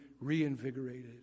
reinvigorated